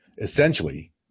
Essentially